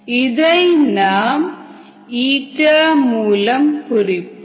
இதை நாம் ε மூலம் குறிப்போம்